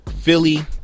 Philly